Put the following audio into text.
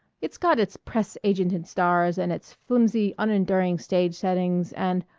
it's got its press-agented stars and its flimsy, unenduring stage settings and,